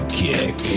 kick